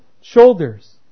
shoulders